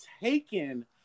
taken